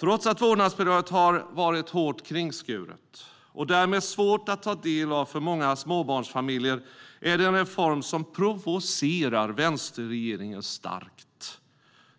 Trots att vårdnadsbidraget har varit hårt kringskuret och därmed svårt att ta del av för många småbarnsfamiljer är det en reform som provocerar vänsterregeringen starkt.